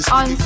on